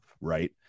right